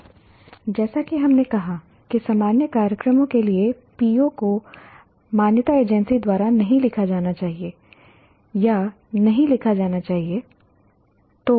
अब जैसा कि हमने कहा कि सामान्य कार्यक्रमों के लिए PO को मान्यता एजेंसी द्वारा नहीं लिखा जाना चाहिए या नहीं लिखा जाना चाहिए